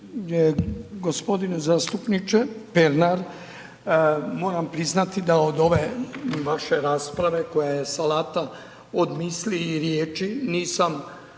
Hvala vam